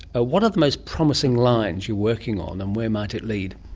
ah what are the most promising lines you're working on and where might it lead?